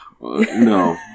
No